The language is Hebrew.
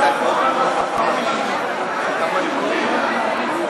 תיתן פרשנות על הקשר בין התקופות, בין המצרים,